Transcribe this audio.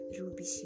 Ruby